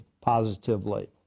positively